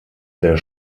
der